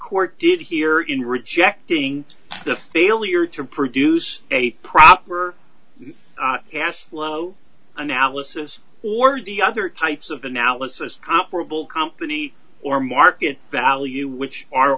court did here in rejecting the failure to produce a proper analysis or the other types of analysis comparable company or market value which are